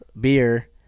beer